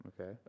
Okay